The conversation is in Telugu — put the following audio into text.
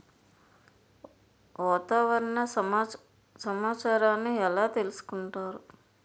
వాతావరణ సమాచారాన్ని ఎలా తెలుసుకుంటారు?